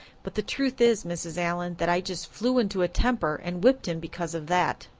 but the truth is, mrs. allan, that i just flew into a temper and whipped him because of that.